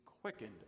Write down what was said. quickened